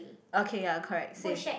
okay ya correct same